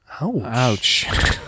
Ouch